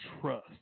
Trust